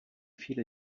viele